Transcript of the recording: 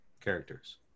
characters